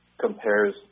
compares